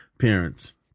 parents